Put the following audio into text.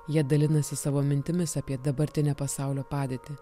jie dalinasi savo mintimis apie dabartinę pasaulio padėtį